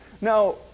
Now